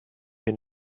hier